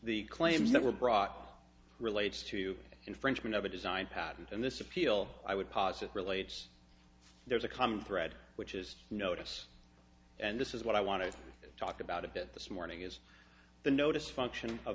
the claims that were brought up relates to infringement of a design patent and this appeal i would posit relates there's a common thread which is notice and this is what i want to talk about a bit this morning is the notice function of